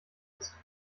ist